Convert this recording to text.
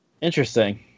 Interesting